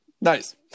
nice